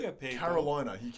Carolina